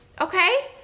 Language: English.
Okay